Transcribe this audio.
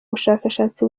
bushakashatsi